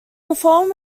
performed